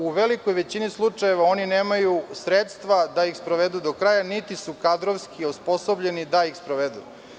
U velikoj većini slučajeva oni nemaju sredstva da ih sprovedu do kraja, niti su kadrovski osposobljeni da ih sprovedu.